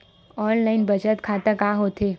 Online बचत खाता का होथे?